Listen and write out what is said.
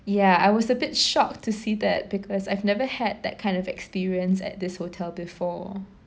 ya I was a bit shocked to see that because I've never had that kind of experience at this hotel before